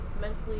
mentally